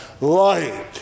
Light